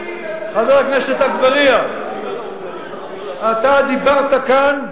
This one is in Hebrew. חבר הכנסת אגבאריה, אתה דיברת כאן,